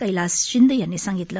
कैलास शिंदे यांनी सांगितलं